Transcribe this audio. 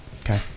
Okay